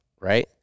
right